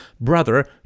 brother